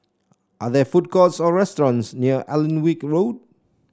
are there food courts or restaurants near Alnwick Road